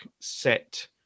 set